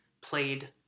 played